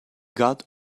got